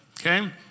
Okay